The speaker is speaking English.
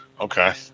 okay